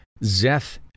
Zeth